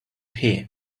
hear